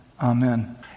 amen